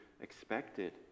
expected